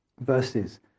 verses